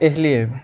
اس لیے